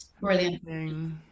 Brilliant